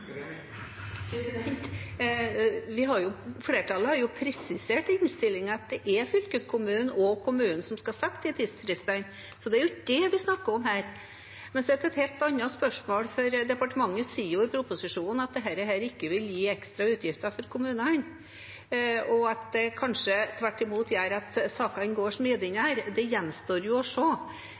Flertallet har jo presisert i innstillingen at det er fylkeskommunen og kommunen som skal sette de tidsfristene, så det er ikke det vi snakker om her. Men så til et helt annet spørsmål: Departementet sier jo i proposisjonen at dette ikke vil gi ekstra utgifter for kommunene, og at det kanskje tvert imot gjør at sakene går smidigere. Det gjenstår å